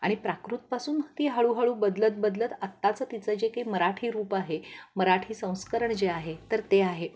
आणि प्राकृतपासून ती हळूहळू बदलत बदलत आत्ताचं तिचं जे काही मराठी रूप आहे मराठी संस्करण जे आहे तर ते आहे